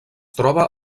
troba